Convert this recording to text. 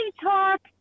talk